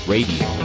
Radio